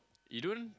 you don't